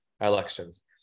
elections